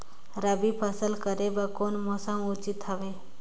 रबी फसल करे बर कोन मौसम उचित हवे?